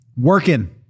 working